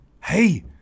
hey